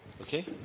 Okay